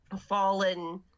fallen